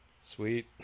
Sweet